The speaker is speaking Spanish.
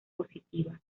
positiva